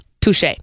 Touche